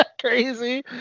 crazy